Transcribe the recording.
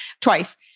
twice